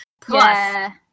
plus